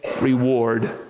reward